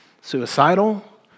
suicidal